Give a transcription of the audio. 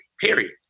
period